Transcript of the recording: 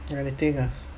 anything ah